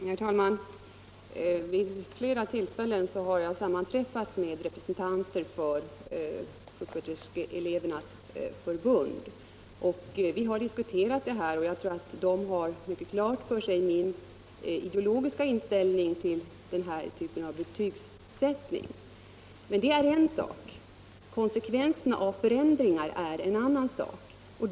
Herr talman! Vid flera tillfällen har jag sammanträffat med representanter för Sjuksköterskeelevernas förbund. Vi har diskuterat detta spörsmål. Jag tror att man inom förbundet har min ideologiska inställning till den nuvarande typen av betygssättning helt klar för sig. Men det är en sak. Konsekvenserna av förändringar är en annan sak.